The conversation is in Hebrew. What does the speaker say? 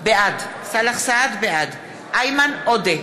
בעד איימן עודה,